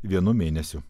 vienu mėnesiu